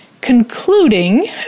concluding